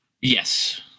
yes